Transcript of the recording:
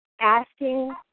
asking